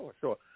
sure